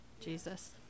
Jesus